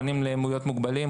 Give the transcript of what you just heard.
מוכנים להיות מוגבלים,